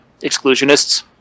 exclusionists